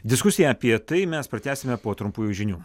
diskusiją apie tai mes pratęsime po trumpųjų žinių